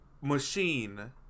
machine